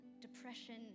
depression